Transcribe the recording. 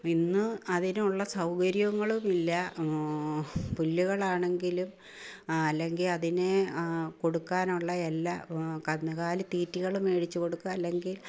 ഇന്ന് അതിനുള്ള സൗകര്യങ്ങളുമില്ലാ പുല്ലുകളാണെങ്കിൽ അല്ലെങ്കിൽ അതിനെ കൊടുക്കാനുള്ള എല്ലാ എ കന്നുകാലിതീറ്റികൾ മേടിച്ചുകൊടുക്കുക അല്ലെങ്കിൽ